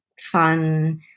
fun